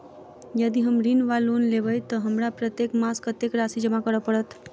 यदि हम ऋण वा लोन लेबै तऽ हमरा प्रत्येक मास कत्तेक राशि जमा करऽ पड़त?